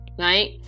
right